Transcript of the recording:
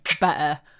better